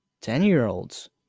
Ten-year-olds